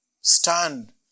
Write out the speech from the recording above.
Stand